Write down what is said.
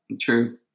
True